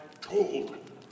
told